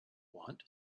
want